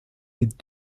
les